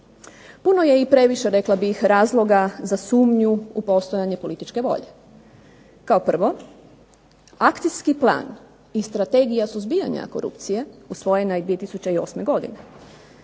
Puno je i previše rekla bih razloga za sumnju u postojanje političke volje. Kao prvo akcijski plan i Strategija suzbijanja korupcije usvojena je 2008. godine